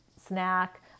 snack